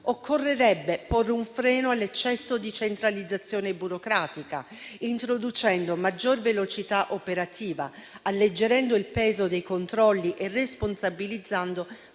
Occorrerebbe porre un freno all'eccesso di centralizzazione burocratica, introducendo maggior velocità operativa, alleggerendo il peso dei controlli e responsabilizzando